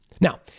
Now